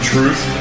Truth